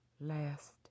Last